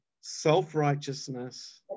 Self-righteousness